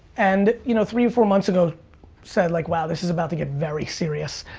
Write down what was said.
and you know, three or four months ago said like, wow, this is about to get very serious.